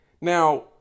Now